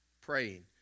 praying